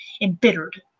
embittered